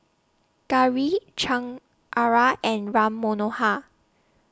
Gauri Chengara and Ram Manohar